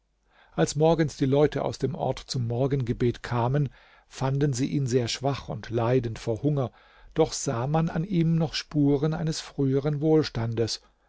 als morgens die leute aus dem ort zum morgengebet kamen fanden sie ihn sehr schwach und leidend vor hunger doch sah man an ihm noch spuren eines früheren wohlstandes